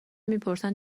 میپرسند